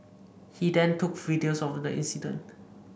he then took videos of the incident